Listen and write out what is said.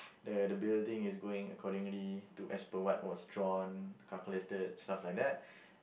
the the building is going accordingly to as per what was drawn calculated stuff like that